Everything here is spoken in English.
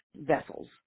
vessels